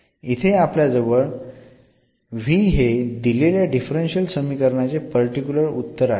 इथे आपल्याजवळ v हे दिलेल्या डिफरन्शियल समीकरणाचे पर्टिक्युलर उत्तर आहे